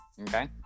Okay